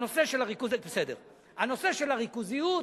הנושא של הריכוזיות,